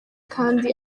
kandi